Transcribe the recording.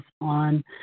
on